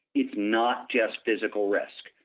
it's not just physical risk,